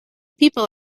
people